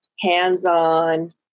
hands-on